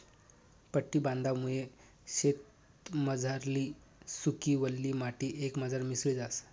पट्टी बांधामुये शेतमझारली सुकी, वल्ली माटी एकमझार मिसळी जास